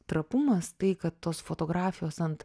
trapumas tai kad tos fotografijos ant